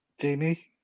Jamie